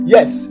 Yes